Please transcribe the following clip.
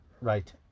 Right